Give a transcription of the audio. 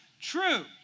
true